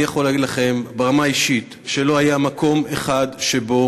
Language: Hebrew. אני יכול להגיד לכם ברמה האישית שלא היה מקום אחד שבו